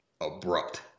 abrupt